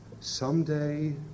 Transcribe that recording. someday